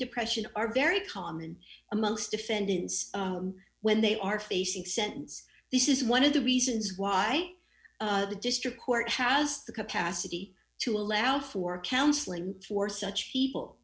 depression are very common amongst defendants when they are facing sentence this is one of the reasons why the district court has the capacity to allow for counseling for such people